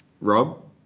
Rob